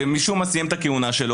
ומשום מה סיים את הכהונה שלו.